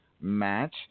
match